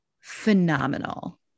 phenomenal